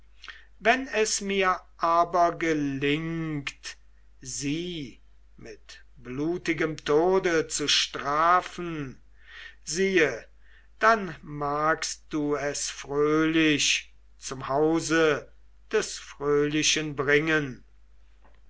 wenn es mir aber gelingt sie mit blutigem tode zu strafen siehe dann magst du es fröhlich zum hause des fröhlichen bringen